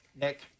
Nick